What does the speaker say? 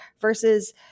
versus